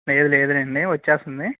లేదు లేదులెండి వచ్చేస్తుంది